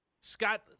Scott